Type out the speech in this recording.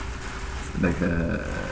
like a